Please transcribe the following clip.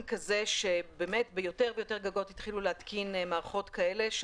כזה שביותר ויותר גגות התחילו להתקין מערכות כאלה כי